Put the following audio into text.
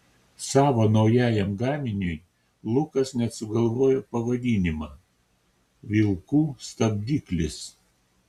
savo naujajam gaminiui lukas net sugalvojo pavadinimą vilkų stabdiklis